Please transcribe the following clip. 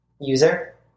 user